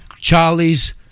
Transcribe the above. Charlie's